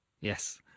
Yes